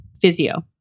physio